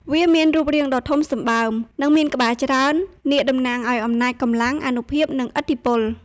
វាមានរូបរាងដ៏ធំសម្បើម និងមានក្បាលច្រើន នាគតំណាងឱ្យ អំណាច កម្លាំង អានុភាព និង ឥទ្ធិពល។